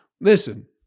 listen